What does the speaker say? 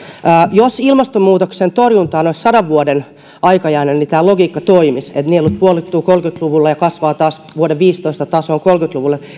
jos ilmastonmuutoksen torjuntaan olisi sadan vuoden aikajana niin tämä logiikka toimisi että nielut puolittuvat kolmekymmentä luvulla ja kasvavat taas vuoden viisitoista tasoon